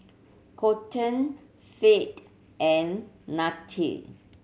Kolton Fate and Nannette